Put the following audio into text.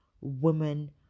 women